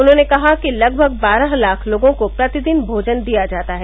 उन्होंने कहा कि लगभग बारह लाख लोगों को प्रतिदिन भोजन दिया जाता है